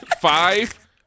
Five